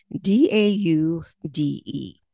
D-A-U-D-E